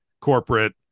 corporate